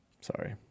Sorry